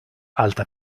alta